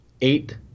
eight